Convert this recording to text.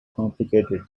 complicated